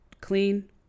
clean